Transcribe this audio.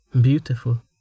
beautiful